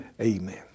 amen